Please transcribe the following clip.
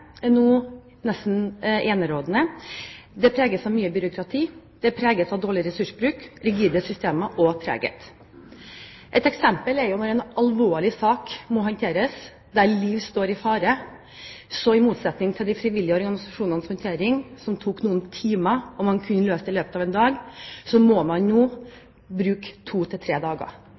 er nå nesten enerådende. Det preges av mye byråkrati, av dårlig ressursbruk, av rigide systemer og treghet. Et eksempel er når en alvorlig sak må håndteres, der liv står i fare. I motsetning til de frivillige organisasjonenes håndtering av en sak som tok noen timer og der man kunne løse den i løpet av én dag, må man nå bruke to til tre dager.